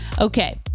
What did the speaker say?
Okay